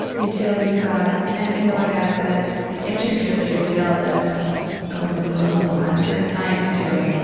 until you got, until i got that internship at jpl that opened the world of planetary science to me.